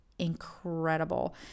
incredible